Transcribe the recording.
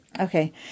okay